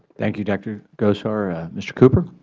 thank you, dr. gosar. mr. cooper?